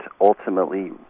ultimately